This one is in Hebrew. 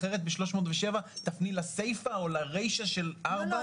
אחרת ב-307 תפני לסיפה או לרישה של (4).